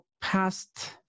past